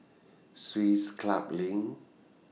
Swiss Club LINK